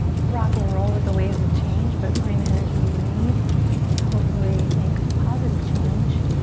rock and roll with the waves of change but find the energy you need to hopefully make positive change